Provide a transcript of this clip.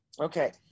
Okay